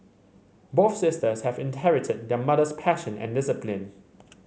both sisters have inherited their mother's passion and discipline